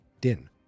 Din